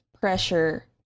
pressure